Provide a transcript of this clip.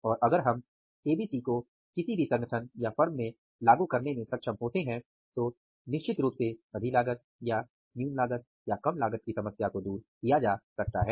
और अगर हम एबीसी को किसी भी संगठन या फर्म में लागू करने में सक्षम होते हैं तो निश्चित रूप से अधिलागत या कम लागत की समस्या को दूर किया जा सकता हैं